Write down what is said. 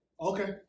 Okay